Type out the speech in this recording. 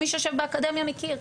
מי שיושב באקדמיה מכיר,